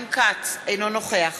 אינו נוכח